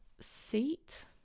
seat